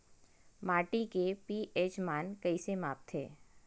माटी के पी.एच मान कइसे मापथे?